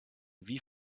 wie